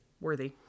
worthy